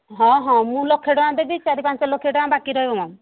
ହଁ ହଁ ମୁଁ ଲକ୍ଷେ ଟଙ୍କା ଦେବି ଚାରି ପାଞ୍ଚ ଲକ୍ଷ ଟଙ୍କା ବାକି ରହିବ ମ୍ୟାଡ଼ାମ୍